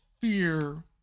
fear